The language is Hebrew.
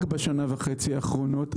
רק בשנה וחצי האחרונות,